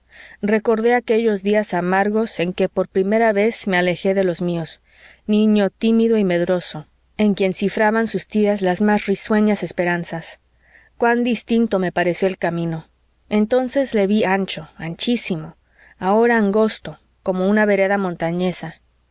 recordé aquellos días amargos en que por primera vez me alejé de los míos niño tímido y medroso en quien cifraban sus tías las más risueñas esperanzas cuán distinto me pareció el camino entonces le ví ancho anchísimo ahora angosto como una vereda montañesa